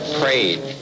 prayed